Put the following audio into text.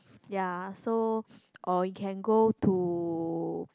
ya so or you can go to